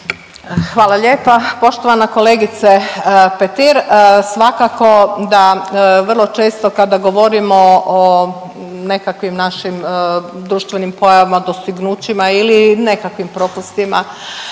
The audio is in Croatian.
Hvala lijepa poštovana kolegice Petir. Svakako da vrlo često, kada govorimo o nekakvim našim društvenim pojavama, dostignućima ili nekakvim propustima,